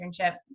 internship